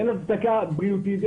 אין הצדקה בריאותית,